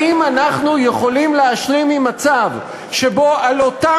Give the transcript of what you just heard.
האם אנחנו יכולים להשלים עם מצב שבו על אותן